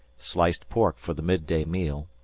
sliced pork for the midday meal,